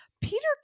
Peter